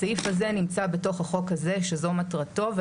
הסעיף הזה נמצא בתוך החוק הזה שזו מטרתו,